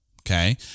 Okay